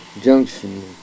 Junction